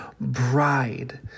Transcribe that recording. bride